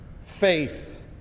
faith